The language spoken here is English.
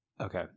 Okay